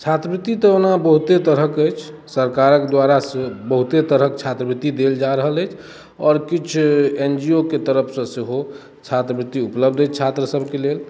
छात्रवृत्ति तऽ ओना बहुते तरहक अछि सरकारक द्वारा सेहो बहुते तरहक छात्रवृत्ति देल जा रहल अछि आओर किछु एन जी ओ के तरफसँ सेहो छात्रवृत्ति उपलब्ध अछि छात्र सभकेँ लेल